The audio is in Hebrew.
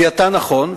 זיהתה נכון,